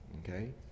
Okay